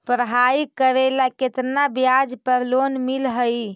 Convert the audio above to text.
पढाई करेला केतना ब्याज पर लोन मिल हइ?